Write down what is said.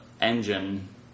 engine